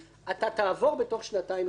תעבור תוך שנתיים לחטיבה.